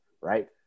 right